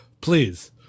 please